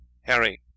Harry